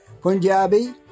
Punjabi